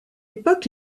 époque